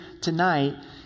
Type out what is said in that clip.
tonight